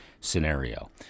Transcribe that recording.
scenario